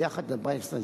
ביחד 14 שנים,